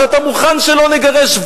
שאתה מוכן שלא נגרש.